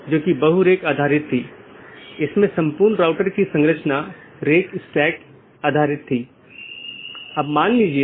तो इसका मतलब है अगर मैं AS1 के नेटवर्क1 से AS6 के नेटवर्क 6 में जाना चाहता हूँ तो मुझे क्या रास्ता अपनाना चाहिए